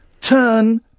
turn